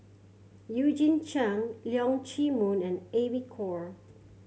Eugene Chen Leong Chee Mun and Amy Khor